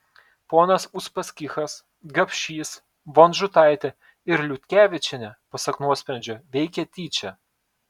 ponas uspaskichas gapšys vonžutaitė ir liutkevičienė pasak nuosprendžio veikė tyčia